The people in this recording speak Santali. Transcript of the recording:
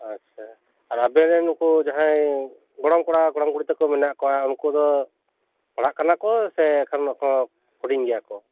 ᱟᱪᱪᱷᱟ ᱟᱵᱮᱱ ᱨᱮᱱ ᱩᱱᱠᱩ ᱡᱟᱦᱟᱸᱭ ᱜᱚᱲᱚᱢ ᱠᱚᱲᱟ ᱜᱚᱲᱚᱢ ᱠᱩᱲᱤ ᱛᱟᱠᱚ ᱢᱮᱱᱟᱜ ᱠᱚᱣᱟ ᱩᱱᱠᱩ ᱫᱚ ᱯᱟᱲᱦᱟᱜ ᱠᱟᱱᱟ ᱠᱚ ᱥᱮ ᱮᱠᱷᱚᱱ ᱠᱚ ᱦᱩᱰᱤᱧ ᱜᱮᱭᱟ ᱠᱚ